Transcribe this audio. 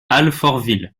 alfortville